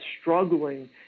struggling